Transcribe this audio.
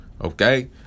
Okay